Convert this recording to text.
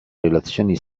relazioni